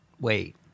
wait